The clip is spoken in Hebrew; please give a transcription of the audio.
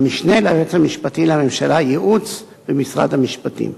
והמשנה ליועץ המשפטי לממשלה, ייעוץ במשרד המשפטים.